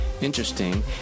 interesting